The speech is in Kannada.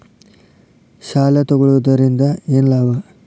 ಸಾಲ ತಗೊಳ್ಳುವುದರಿಂದ ಏನ್ ಲಾಭ?